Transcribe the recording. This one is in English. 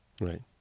Right